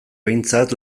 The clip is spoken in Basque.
behintzat